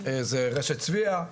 זה רשת צביה,